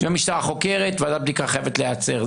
אם המשטרה חוקרת, ועדת בדיקה חייבת להיעצר.